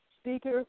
Speaker